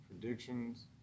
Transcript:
predictions